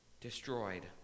Destroyed